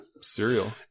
Cereal